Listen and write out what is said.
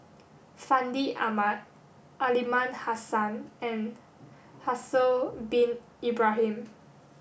Fandi Ahmad Aliman Hassan and Haslir bin Ibrahim